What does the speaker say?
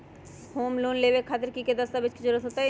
Home loan लेबे खातिर की की दस्तावेज के जरूरत होतई?